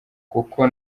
kuko